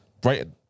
Brighton